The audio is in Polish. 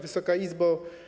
Wysoka Izbo!